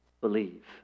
believe